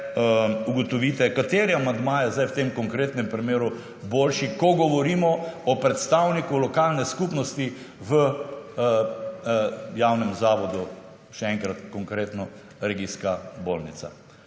ugotovite, kateri amandma je zdaj v tem konkretnemu primeru boljši, ko govorimo o predstavniku lokalne skupnosti v javnem zavodu, še enkrat konkretno, regijska bolnica.